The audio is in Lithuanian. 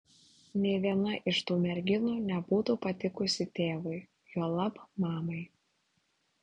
nė viena iš tų merginų nebūtų patikusi tėvui juolab mamai